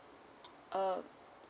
uh